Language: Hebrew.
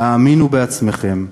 האמינו בעצמכם.